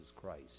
Christ